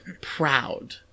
proud